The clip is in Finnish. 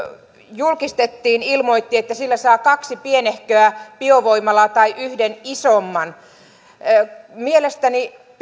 julkistettiin ilmoitti että sillä saa kaksi pienehköä biovoimalaa tai yhden isomman mielestäni